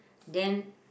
then